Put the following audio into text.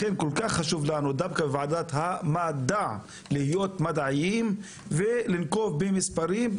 לכן כל כך חשוב לנו דווקא בוועדת המדע להיות מדעיים ולנקוב במספרים,